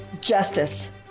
justice